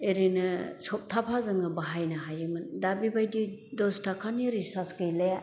एरैनो सप्ताफा जोङो बाहायनो हायोमोन दा बेबायदि दस ताकानि रिसार्च गैले